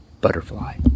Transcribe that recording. Butterfly